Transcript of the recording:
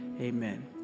amen